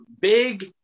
big